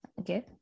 Okay